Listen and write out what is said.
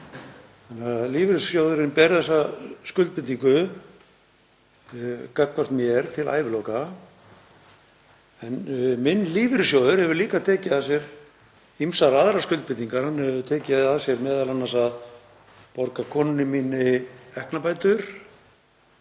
Lífeyrissjóðurinn ber þessa skuldbindingu gagnvart mér til æviloka. En minn lífeyrissjóður hefur líka tekið að sér ýmsar aðrar skuldbindingar. Hann hefur tekið að sér m.a. að borga konunni minni ekknabætur